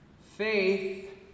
Faith